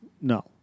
No